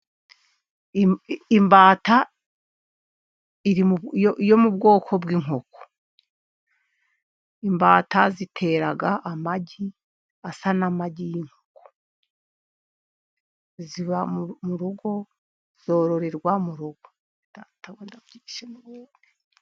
Imbata yo mu bwoko bw'inkoko imbata zitera amagi, asa n'amagi y'inkoko ziba mu rugo zororerwa mu rugo.